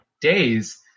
days